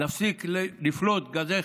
נפסיק לפלוט גזי